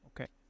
Okay